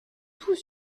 tout